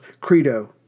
Credo